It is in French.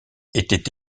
était